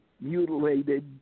mutilated